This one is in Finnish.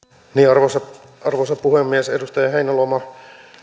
arvoisa arvoisa puhemies edustaja heinäluoman ei